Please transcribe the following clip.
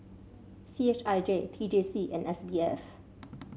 C H I J T J C and S B F